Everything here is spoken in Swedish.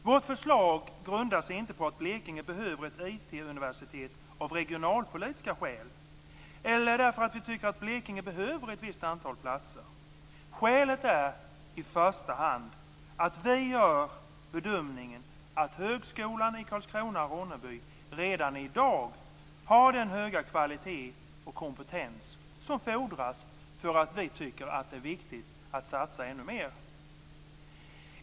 Vårt förslag grundar sig inte på att Blekinge behöver ett IT-universitet av regionalpolitiska skäl eller därför att vi tycker att Blekinge behöver ett visst antal platser. Skälet är i första hand att vi gör bedömningen att högskolan i Karlskrona/Ronneby redan i dag har den höga kvalitet och kompetens som fordras för att vi skall tycka att det är viktigt att satsa ännu mer.